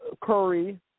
Curry